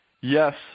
Yes